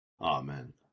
Amen